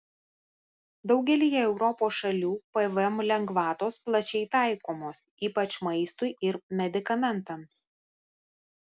daugelyje europos šalių pvm lengvatos plačiai taikomos ypač maistui ir medikamentams